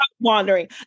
wandering